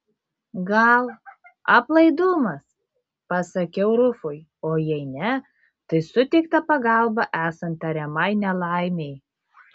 gal aplaidumas pasakiau rufui o jei ne tai suteikta pagalba esant tariamai nelaimei